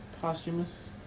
Posthumous